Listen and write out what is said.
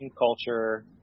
culture